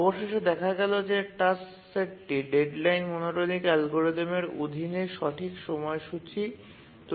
অবশেষে দেখা গেল যে টাস্ক সেটটি ডেডলাইন মনোটোনিক অ্যালগরিদমের অধীনে সঠিক সময়সূচী তৈরি করতে পেরেছে